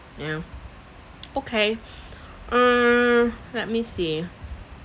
yeah okay uh let me see